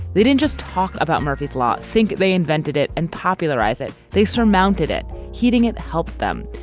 they didn't just talk about murphy's law, think they invented it and popularize it. they surmounted it, heating it helped them.